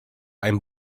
ein